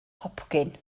hopcyn